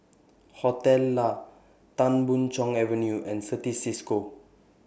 Hostel Lah Tan Boon Chong Avenue and Certis CISCO